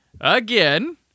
again